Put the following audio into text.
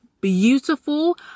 Beautiful